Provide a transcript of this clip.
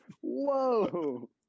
whoa